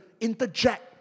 interject